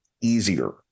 easier